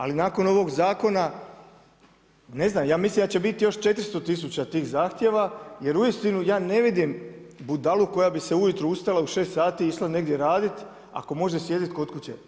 Ali, nakon ovog zakona, ne znam, ja mislim da će biti još 400000 tih zahtjeva, jer uistinu ja ne vidim budalu koja bi se ujutro ustajala u 6 sati i išla negdje raditi, ako može sjediti kod kuće.